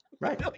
Right